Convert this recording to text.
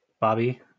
Bobby